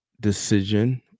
decision